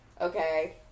Okay